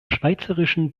schweizerischen